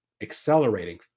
accelerating